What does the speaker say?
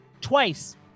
Twice